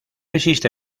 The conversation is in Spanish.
existe